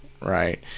right